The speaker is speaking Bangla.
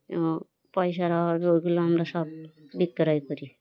ও পয়সার অভাবে ওগুলো আমরা সব বিক্রয় করি